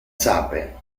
sape